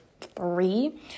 three